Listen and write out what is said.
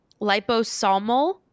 liposomal